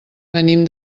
venim